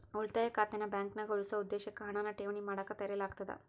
ಉಳಿತಾಯ ಖಾತೆನ ಬಾಂಕ್ನ್ಯಾಗ ಉಳಿಸೊ ಉದ್ದೇಶಕ್ಕ ಹಣನ ಠೇವಣಿ ಮಾಡಕ ತೆರೆಯಲಾಗ್ತದ